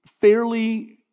fairly